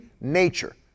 nature